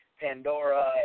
Pandora